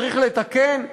צריך לתקן?